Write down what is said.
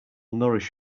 nourish